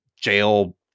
jail